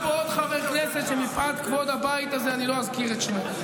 מירב, בואו נשמור על ענייניות.